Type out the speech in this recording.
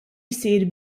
jsir